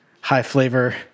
high-flavor